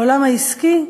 העולם העסקי,